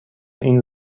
این